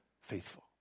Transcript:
faithful